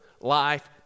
life